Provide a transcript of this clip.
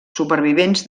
supervivents